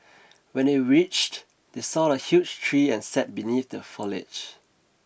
when they reached they saw a huge tree and sat beneath the foliage